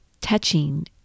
touching